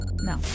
No